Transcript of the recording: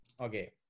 Okay